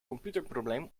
computerprobleem